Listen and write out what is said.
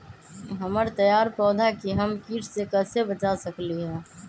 हमर तैयार पौधा के हम किट से कैसे बचा सकलि ह?